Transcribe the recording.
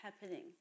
happening